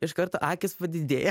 iš karto akys padidėja